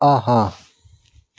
آہا